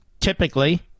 typically